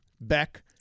Beck